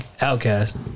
outcast